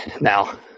now